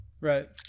Right